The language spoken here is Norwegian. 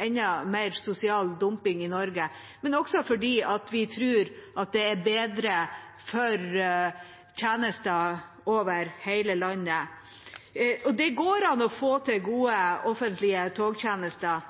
enda mer sosial dumping i Norge og fordi vi tror at det gir bedre tjenester over hele landet. Det går an å få til gode offentlige togtjenester.